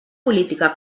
política